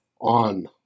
on